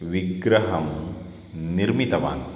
विग्रहं निर्मितवान्